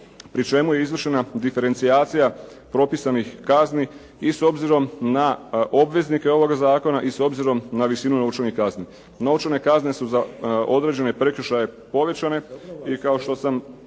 pri čemu je izvršena diferencijacija propisanih kazni i s obzirom na obveznike ovoga zakona i s obzirom na visinu novčanih kazni.